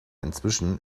inzwischen